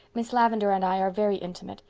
miss lavendar and i are very intimate.